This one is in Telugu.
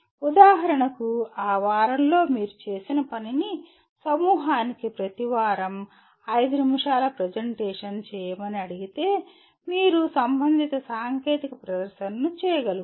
ఉదాహరణకు ఆ వారంలో మీరు చేసిన పనిని సమూహానికి ప్రతి వారం 5 నిమిషాల ప్రెజెంటేషన్ చేయమని అడిగితే మీరు సంబంధిత సాంకేతిక ప్రదర్శనను చేయగలుగుతారు